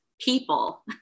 people